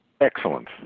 Excellent